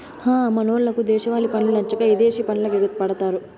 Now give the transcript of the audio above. హ మనోళ్లకు దేశవాలి పండ్లు నచ్చక ఇదేశి పండ్లకెగపడతారు